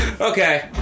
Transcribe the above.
Okay